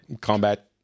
combat